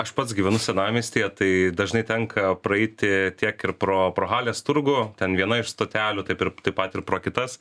aš pats gyvenu senamiestyje tai dažnai tenka praeiti tiek ir pro pro halės turgų ten viena iš stotelių taip ir taip pat ir pro kitas